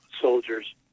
soldiers